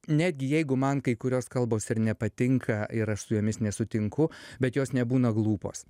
netgi jeigu man kai kurios kalbos ir nepatinka ir aš su jomis nesutinku bet jos nebūna glūpos